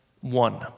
one